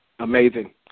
Amazing